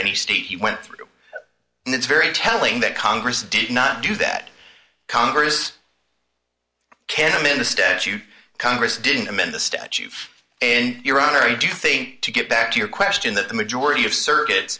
any state he went through and it's very telling that congress did not do that congress kamin the statute congress didn't amend the statute and your honor i do think to get back to your question that the majority of circuit